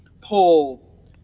pull